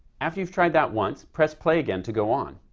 after you've tried that once, press play again to go on.